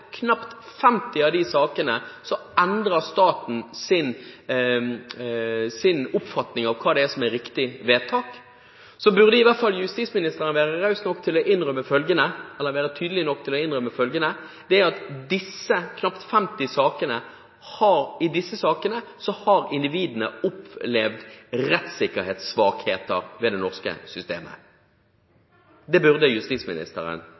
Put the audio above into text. knapt 50 saker hvor staten endrer sin oppfatning av hva som er riktig vedtak, burde i hvert fall justisministeren være tydelig nok til å innrømme følgende: I disse knapt 50 sakene har individene opplevd rettssikkerhetssvakheter ved det norske systemet. Det burde justisministeren